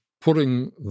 putting